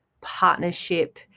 partnership